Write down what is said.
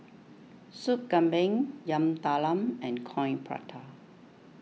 Sup Kambing Yam Talam and Coin Prata